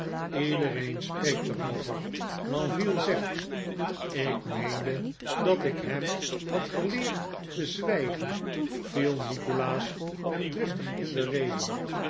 iedereen spreekt er over lenville zegt ik meende dat ik hem had geleerd te zwijgen viel nikolaas hem driftig in de rede